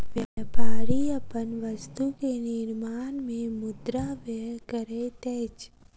व्यापारी अपन वस्तु के निर्माण में मुद्रा व्यय करैत अछि